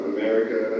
America